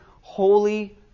holy